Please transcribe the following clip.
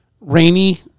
rainy